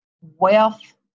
wealth